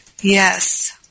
Yes